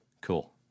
Cool